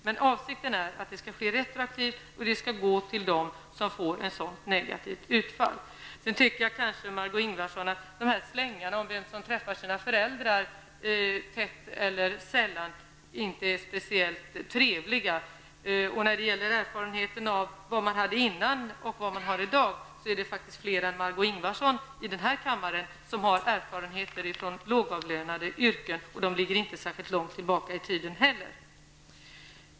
Men avsikten är att utbetalningarna skall ske retroaktivt och gå till dem som får ett negativt utfall. Sedan tycker jag nog, Margó Ingvardsson, att slängarna om vem som träffar sina föräldrar tätt eller sällan inte är speciellt trevliga. Och vad beträffar erfarenheterna av vad man hade tidigare och vad man har i dag vill jag säga att fler än Margó Ingvardsson i den här kammaren har erfarenheter från lågavlönande yrken, och de ligger inte särskilt långt tillbaka i tiden heller.